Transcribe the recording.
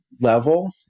level